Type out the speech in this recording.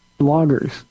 bloggers